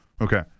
Okay